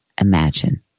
Imagine